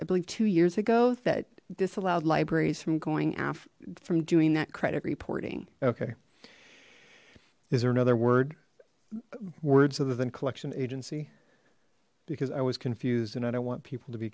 i believe two years ago that disallowed libraries from going after from doing that credit reporting okay is there another word words of the venn collection agency because i was confused and i don't want people to be